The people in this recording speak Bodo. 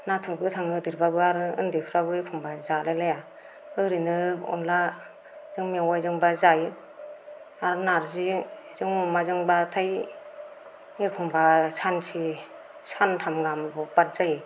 नाथुर गोथां होदेरबाबो आरो उन्दैफ्राबो एखनबा जालायलाया ओरैनो अनलाजों मेवाजोंबा जायो आर नार्जिजों अमाजोंबाथाय एखनबा सानसे सानथाम गाहामखौ बाद जायो